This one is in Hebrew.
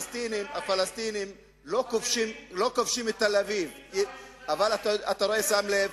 הפלסטינים לא כובשים את תל-אביב, אבל אתה שם לב,